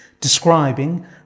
describing